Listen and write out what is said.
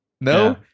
No